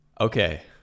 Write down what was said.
Okay